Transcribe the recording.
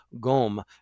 gom